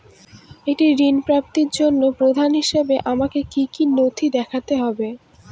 একটি ঋণ প্রাপ্তির জন্য প্রমাণ হিসাবে আমাকে কী কী নথি দেখাতে হবে?